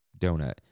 donut